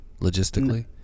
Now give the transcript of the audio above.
Logistically